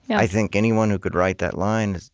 i think anyone who could write that line